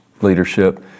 leadership